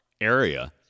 area